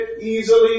easily